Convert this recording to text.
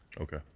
Okay